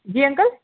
जी uncle